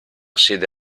sede